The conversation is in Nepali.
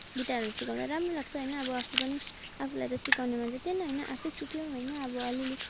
गिटारहरू सिकाउँदा राम्रो लाग्छ होइन अब आफू पनि आफूलाई त सिकाउने मान्छे थिएन होइन आफै सिक्यो होइन अब अलिअलि